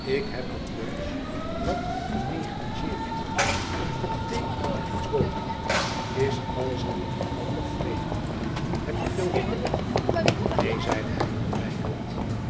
ik heb het lunch wat genegligeerd een kop thee en een boterham is alles wat ik je kan offreeren heb je veel honger neen zeide hij ontwijkend